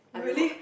really